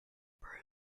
broom